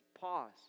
pause